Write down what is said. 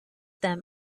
them